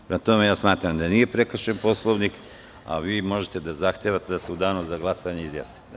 Prema tome, smatram da nije prekršen Poslovnik, a vi možete da zahtevate da se u danu za glasanje izjasnite.